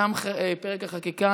תם פרק החקיקה,